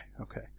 okay